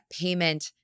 payment